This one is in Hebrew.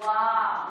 וואו.